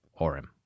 Orem